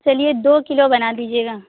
چلیے دو کلو بنا دیجیے گا